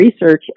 research